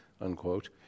unquote